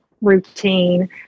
routine